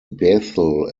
bethel